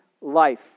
life